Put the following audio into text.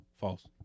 False